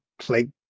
play